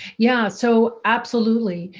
yeah, so absolutely.